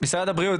משרד הבריאות,